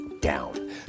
down